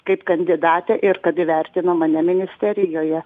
kaip kandidatę ir kad įvertino mane ministerijoje